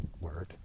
word